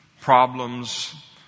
problems